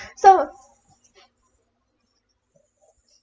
so